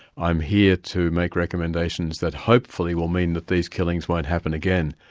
i'm here to make recommendations that hopefully will mean that these killings won't happen again,